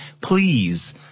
Please